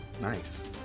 Nice